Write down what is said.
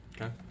Okay